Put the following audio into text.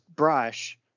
Brush